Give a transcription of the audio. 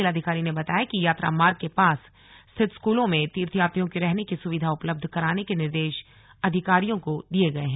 जिलाधिकारी ने बताया कि यात्रा मार्ग के पास स्थित स्कूलों में तीर्थयात्रियों की रहने की सुविधा उपलब्ध कराने के निर्देश अधिकारियों को दिये गए हैं